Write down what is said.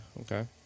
okay